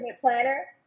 Planner